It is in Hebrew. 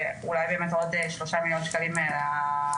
ואולי באמת עוד 3 מיליון שקלים מהקואליציוני